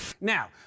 Now